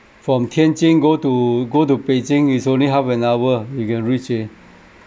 from tianjin go to go to beijing is only half an hour you can reach eh